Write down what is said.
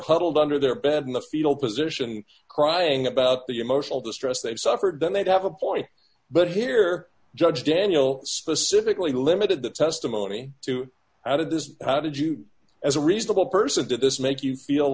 huddled under their bed in the fetal position crying about the emotional distress they suffered then they'd have a point but here judge daniel specifically limited that testimony to how did this how did you as a reasonable person did this make you feel